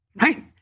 right